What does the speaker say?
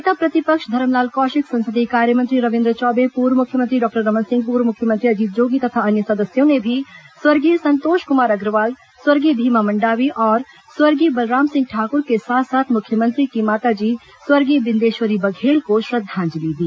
नेता प्रतिपक्ष धरमलाल कौशिक संसदीय कार्य मंत्री रविन्द्र चौबे पूर्व मुख्यमंत्री डॉक्टर रमन सिंह पूर्व मुख्यमंत्री अजीत जोगी तथा अन्य सदस्यों ने भी स्वर्गीय संतोष कुमार अग्रवाल स्वर्गीय भीमा मंडावी और स्वर्गीय बलराम सिंह ठाकुर के साथ साथ मुख्यमंत्री की माताजी स्वर्गीय बिंदेश्वरी बघेल को श्रद्धांजलि दी